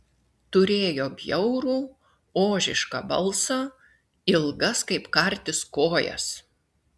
turėjo bjaurų ožišką balsą ilgas kaip kartis kojas